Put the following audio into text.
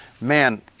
man